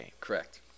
Correct